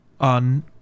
on